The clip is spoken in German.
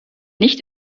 nicht